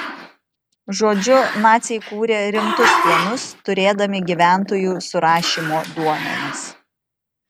žodžiu naciai kūrė rimtus planus turėdami gyventojų surašymo duomenis